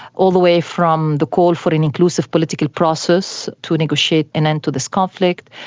all the way from the call for an inclusive political process to negotiate an end to this conflict,